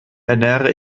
ernähre